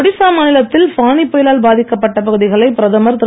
ஒடிசா மாநிலத்தில் ஃபானி புயலால் பாதிக்கப்பட்ட பகுதிகளை பிரதமர் திரு